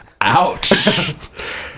Ouch